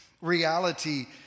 reality